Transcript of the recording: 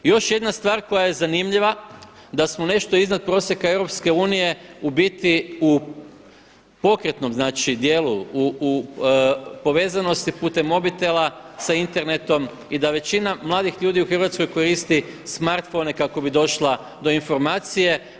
I još jedna stvar koja je zanimljiva da smo nešto iznad prosjeka EU u biti u pokretnom znači dijelu, u povezanosti putem mobitela sa internetom i da većina mladih ljudi u Hrvatskoj koristi smartphone kako bi došla do informacije.